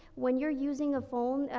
when you're using a phone, ah,